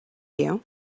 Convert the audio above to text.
you